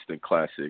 classic